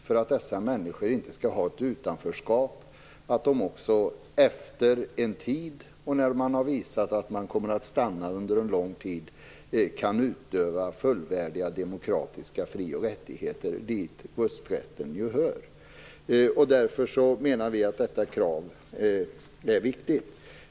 För att dessa människor inte skall ha ett utanförskap är det nog av utomordentlig vikt att de, efter en tid och när de har visat att de kommer att stanna under en lång tid, kan utöva fullvärdiga demokratiska fri och rättigheter, och dit hör ju rösträtten. Därför menar vi att detta krav är viktigt.